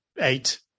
eight